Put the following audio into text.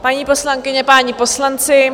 Paní poslankyně, páni poslanci,